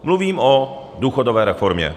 Mluvím o důchodové reformě.